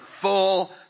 full